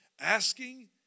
Asking